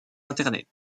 internet